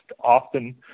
often